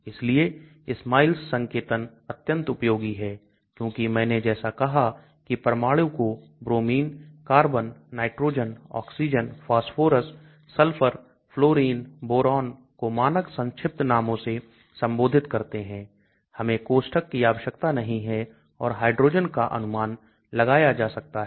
इसलिए SMILES संकेतन अत्यंत उपयोगी है क्योंकि मैंने जैसा कहा कि परमाणु को bromine carbon nitrogen oxygen phosphorus sulphur fluorine boron को मानक संक्षिप्त नामों से संबोधित करते हैं हमें कोष्ठक की आवश्यकता नहीं है और हाइड्रोजन का अनुमान लगाया जा सकता है